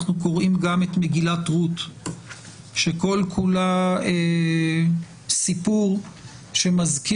אנחנו קוראים גם את מגילת רות שכל כולה סיפור שמזכיר